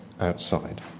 outside